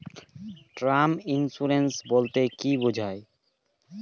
Term insurance বলতে কী বোঝায়?